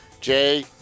Jay